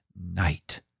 night